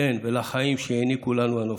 כן, ולחיים שהעניקו לנו הנופלים.